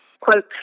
quote